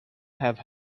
have